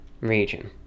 region